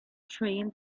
train